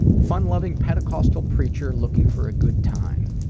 fun-loving pentecostal preacher looking for a good time.